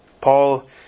Paul